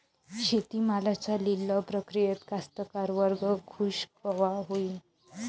शेती मालाच्या लिलाव प्रक्रियेत कास्तकार वर्ग खूष कवा होईन?